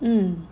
mm